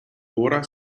ora